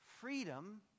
Freedom